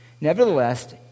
Nevertheless